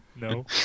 No